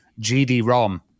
GD-ROM